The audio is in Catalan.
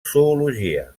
zoologia